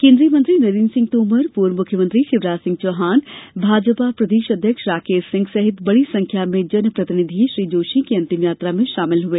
केन्द्रीय मंत्री नरेन्द्र सिंह तोमर पूर्व मुख्यमंत्री शिवराज सिंह चौहान भाजपा प्रदेश अध्यक्ष राकेश सिंह सहित बड़ी संख्या में जनप्रतिनिधी श्री जोशी की अंतिम यात्रा में शामिल हुए